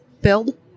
build